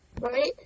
right